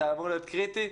זה אמור להיות קריטי.